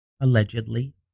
allegedly